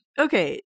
Okay